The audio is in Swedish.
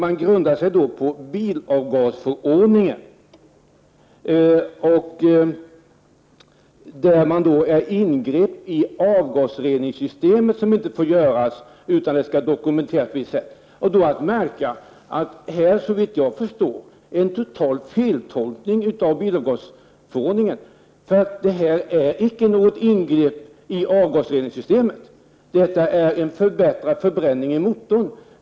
Man grundar sig dessutom på bilavgasförordningen, som föreskriver att ingrepp i avgasreningssystemet inte får göras utan viss dokumentering. Detta är vad jag kan förstå en total feltolkning av bilavgasförordningen. Det gäller icke något ingrepp i avgasreningssystemet, utan det gäller en förbättrad förbränning i motorn.